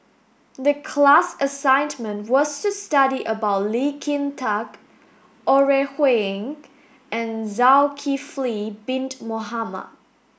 the class assignment was to study about Lee Kin Tat Ore Huiying and Zulkifli bin Mohamed